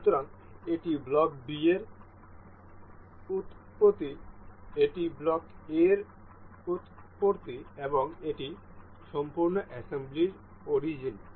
সুতরাং এটি block B এর উৎপত্তি এটি ব্লক A এর উৎপত্তি এবং এটি সম্পূর্ণ অ্যাসেম্বলির অরিজিন